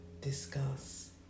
discuss